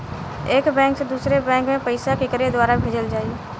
एक बैंक से दूसरे बैंक मे पैसा केकरे द्वारा भेजल जाई?